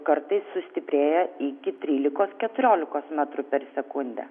kartais sustiprėja iki trylikos keturiolikos metrų per sekundę